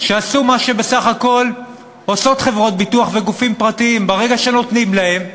שעשו מה שבסך הכול עושים חברות ביטוח וגופים פרטיים: ברגע שנותנים להם,